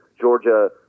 Georgia